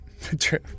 true